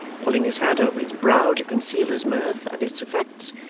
pulling his hat over his brow to conceal his mirth and its effects,